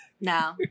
No